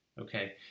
Okay